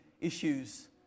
issues